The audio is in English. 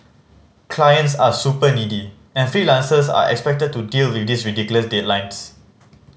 clients are super needy and freelancers are expected to deal with ridiculous deadlines